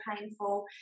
painful